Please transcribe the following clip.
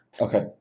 Okay